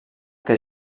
que